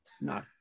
No